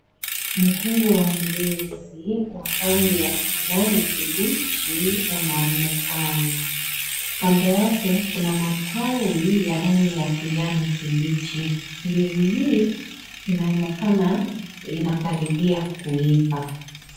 Mkungu wa ndizi wa rangi ya kijani kibichi unaonekana kando yake kuna matawi ya rangi ya kijani kibichi. Ndizi hii inaonekana inakaribia kuiva.